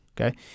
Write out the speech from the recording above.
Okay